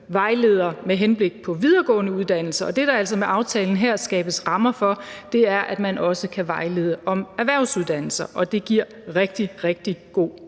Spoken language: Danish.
vejleder med henblik på de videregående uddannelser, og det, der med aftalen her altså skabes rammer for, er, at man også kan vejlede om erhvervsuddannelser, og det giver rigtig, rigtig god